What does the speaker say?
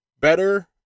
better